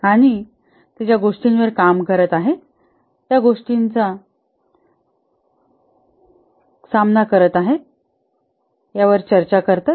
आणि ते ज्या गोष्टींवर काम करत आहेत त्या कोणत्या गोष्टींचा सामना करत आहेत यावर चर्चा करतात